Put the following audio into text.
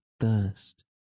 thirst